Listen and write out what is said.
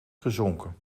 gezonken